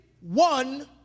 one